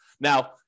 Now